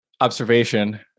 observation